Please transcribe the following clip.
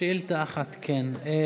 שאילתה אחת, כן.